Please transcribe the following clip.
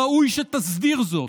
ראוי שתסדיר זאת,